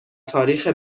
تاریخ